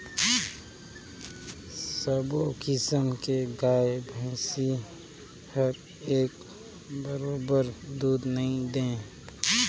सबो किसम के गाय भइसी हर एके बरोबर दूद नइ दे